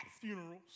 funerals